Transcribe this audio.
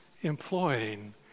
employing